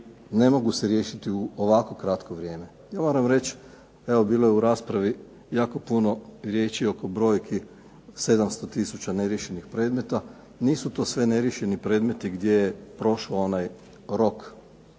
ne mogu se riješiti u ovako kratko vrijeme. Ja moram reći, evo bilo je u raspravi jako puno riječi oko brojki, 700 tisuća neriješenih predmeta, nisu to sve neriješeni predmeti gdje je prošao onaj rok